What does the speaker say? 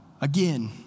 Again